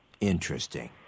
Interesting